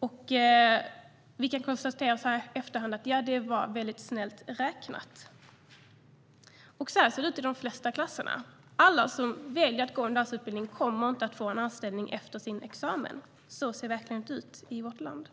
Så här i efterhand kan vi konstatera att det var väldigt snällt räknat. Och så här ser det ut i de flesta klasser. Alla som väljer att gå en dansutbildning kommer inte att få en anställning efter sin examen. Så ser verkligheten ut i vårt land.